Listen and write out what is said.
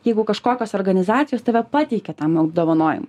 jeigu kažkokios organizacijos tave pateikia tam apdovanojimui